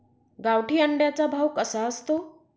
गावठी अंड्याचा भाव कसा असतो?